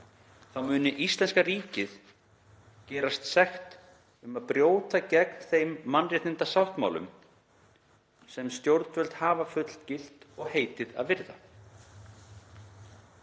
þá muni íslenska ríkið gerast sekt um brjóta gegn þeim mannréttindasáttmálum sem stjórnvöld hafa fullgilt og heitið að virða.